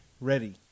ready